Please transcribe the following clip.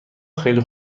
خیلی